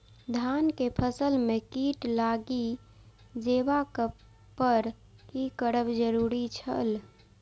धान के फसल में कीट लागि जेबाक पर की करब जरुरी छल?